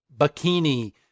bikini